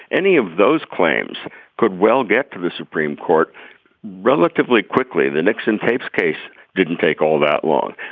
any of those claims could well get to the supreme court relatively quickly. the nixon tapes case didn't take all that long.